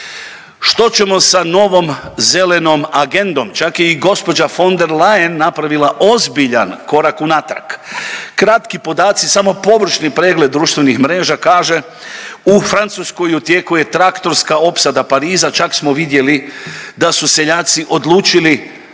Što ćemo sa novim zelenom agendom, čak je i gđa. von der Leyen napravila ozbiljan korak unatrag. Kratki podaci, samo površni pregled društvenih mreža kaže, u Francuskoj u tijeku je traktorska opsada Pariza, čak smo vidjeli da su seljaci odlučili